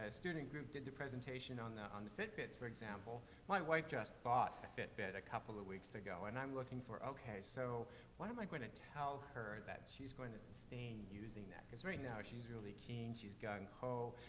ah student group did the presentation on the, on the fitbits, for example, my wife just bought a fitbit a couple of weeks ago. and i'm looking for, okay, so what am i going to tell her that she's going to sustain using that? cause right now she's really keen, she's gung ho,